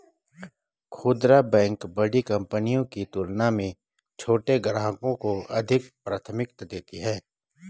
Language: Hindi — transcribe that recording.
खूदरा बैंक बड़ी कंपनियों की तुलना में छोटे ग्राहकों को अधिक प्राथमिकता देती हैं